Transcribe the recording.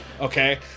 Okay